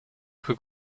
für